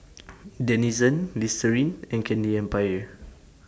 Denizen Listerine and Candy Empire